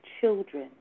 children